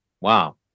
Wow